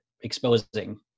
exposing